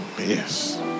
Yes